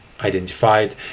identified